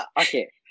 okay